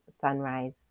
sunrise